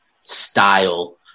style